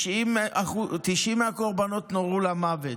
90 מהקורבנות נורו למוות,